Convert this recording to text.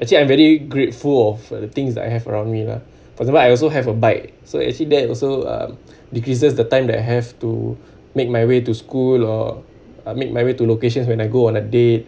actually I'm very grateful of the things that I have around me lah but some more I also have a bike so actually that also um decreases the time that I have to make my way to school or make my way to locations when I go on a date